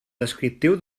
descriptiu